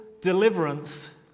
deliverance